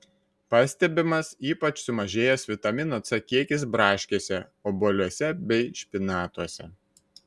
pastebimas ypač sumažėjęs vitamino c kiekis braškėse obuoliuose bei špinatuose